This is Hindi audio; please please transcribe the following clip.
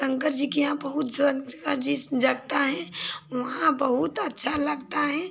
शंकर जी के यहाँ बहुत जगह जिस लगता है वहाँ बहुत अच्छा लगता है